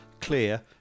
clear